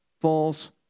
false